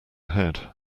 head